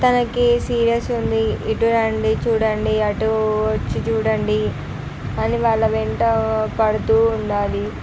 తనకి సీరియస్ ఉంది ఇటు రండి చూడండి అటు వచ్చి చూడండి అని వాళ్ళ వెంట పడుతూ ఉండాలి